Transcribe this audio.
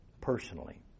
personally